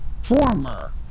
former